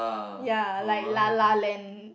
ya like La La Land